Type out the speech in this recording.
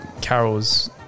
Carol's